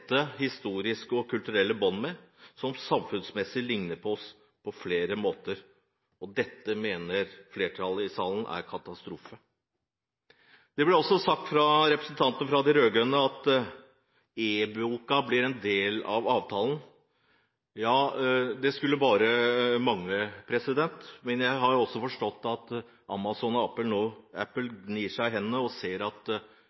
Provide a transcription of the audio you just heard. tette historiske og kulturelle bånd til, som samfunnsmessig likner på oss på flere måter. Og dette mener flertallet i salen er katastrofe. Det ble også sagt fra representanten fra de rød-grønne at e-boken blir en del av avtalen. Ja, det skulle bare mangle. Jeg har også forstått at Amazon og Apple gnir seg i hendene og ser at de store forlagene nå har leveringsplikt, at